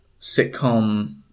sitcom